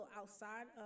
outside